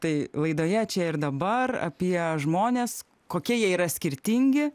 tai laidoje čia ir dabar apie žmones kokie jie yra skirtingi